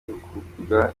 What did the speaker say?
guhugurwa